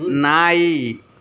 ನಾಯಿ